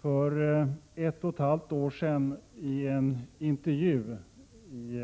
För ett och ett halvt år sedan, i en intervju i